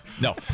No